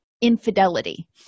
infidelity